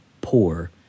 poor